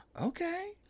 okay